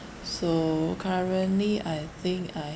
so currently I think I